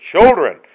children